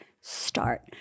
start